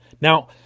Now